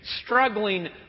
struggling